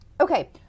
Okay